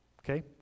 Okay